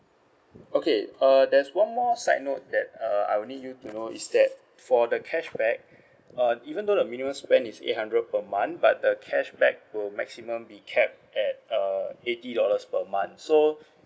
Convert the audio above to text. okay uh there's one more side note that uh I will need you to know is that for the cashback uh even though the minimum spend is eight hundred per month but the cashback will maximum be capped at uh eighty dollars per month so